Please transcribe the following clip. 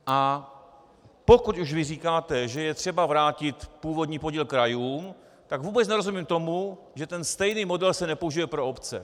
A pokud už vy říkáte, že je třeba vrátit původní podíl krajům, tak vůbec nerozumím tomu, že stejný model se nepoužije pro obce.